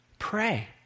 Pray